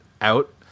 out